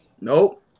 Nope